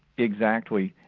exactly.